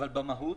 אבל במהות,